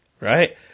Right